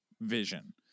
vision